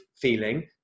feeling